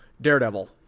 Daredevil